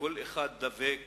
כשכל אחד דבק